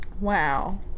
Wow